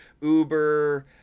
Uber